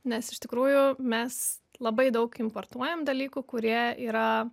nes iš tikrųjų mes labai daug importuojam dalykų kurie yra